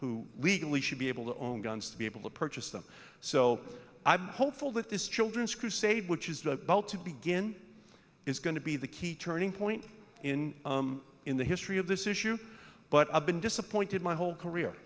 who legally should be able to own guns to be able to purchase them so i'm hopeful that this children's crusade which is the bell to begin is going to be the key turning point in in the history of this issue but i've been disappointed my whole career